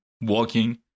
walking